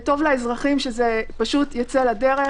טוב לאזרחים שזה ייצא לדרך,